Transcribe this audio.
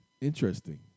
interesting